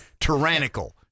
tyrannical